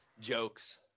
jokes